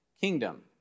kingdom